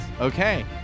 Okay